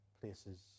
places